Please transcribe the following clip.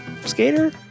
Skater